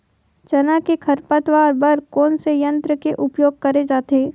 चना के खरपतवार बर कोन से यंत्र के उपयोग करे जाथे?